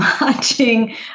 watching